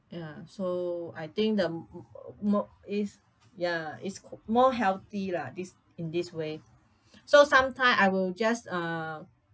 ya so I think the m~ m~ milk is ya is q~ more healthy lah this in this way so sometimes I will just uh